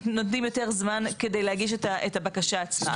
נותנים יותר זמן להגיש את הבקשה עצמה.